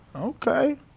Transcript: Okay